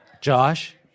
Josh